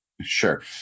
Sure